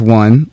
one